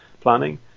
planning